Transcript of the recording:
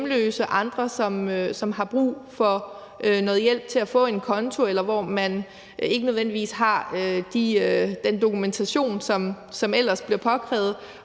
og andre, som har brug for noget hjælp til at få en konto, eller som ikke nødvendigvis har den dokumentation, som ellers er påkrævet.